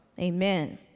Amen